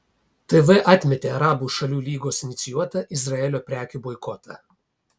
tv atmetė arabų šalių lygos inicijuotą izraelio prekių boikotą